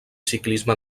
ciclisme